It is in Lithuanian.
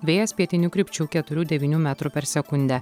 vėjas pietinių krypčių keturių devynių metrų per sekundę